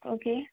okay